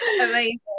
amazing